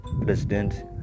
president